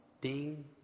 ding